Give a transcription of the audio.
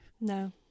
No